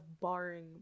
barring